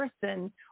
person